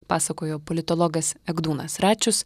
pasakojo politologas egdūnas račius